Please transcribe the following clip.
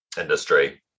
industry